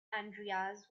andreas